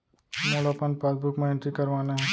मोला अपन पासबुक म एंट्री करवाना हे?